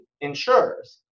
insurers